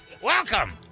Welcome